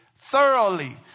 thoroughly